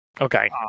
okay